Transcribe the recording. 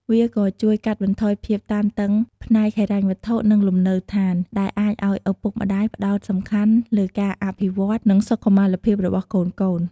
វាក៏ជួយកាត់បន្ថយភាពតានតឹងផ្នែកហិរញ្ញវត្ថុ និងលំនៅឋាន ដែលអាចឲ្យឪពុកម្ដាយផ្ដោតសំខាន់លើការអភិវឌ្ឍន៍ និងសុខុមាលភាពរបស់កូនៗ។